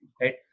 right